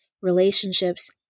relationships